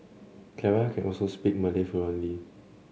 Clara can also speak Malay fluently